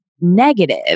negative